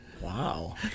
Wow